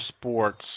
sports